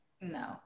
No